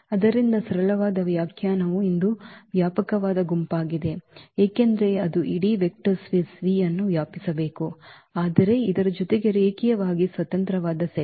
ಆದ್ದರಿಂದ ಸರಳವಾದ ವ್ಯಾಖ್ಯಾನವು ಇದು ವ್ಯಾಪಕವಾದ ಗುಂಪಾಗಿದೆ ಏಕೆಂದರೆ ಅದು ಇಡೀ ವೆಕ್ಟರ್ ಸ್ಪೇಸ್ V ಅನ್ನು ವ್ಯಾಪಿಸಬೇಕು ಆದರೆ ಇದರ ಜೊತೆಗೆ ರೇಖೀಯವಾಗಿ ಸ್ವತಂತ್ರವಾದ ಸೆಟ್